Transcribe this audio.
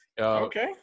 Okay